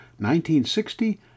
1960